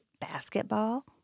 basketball